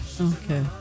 Okay